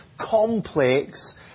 complex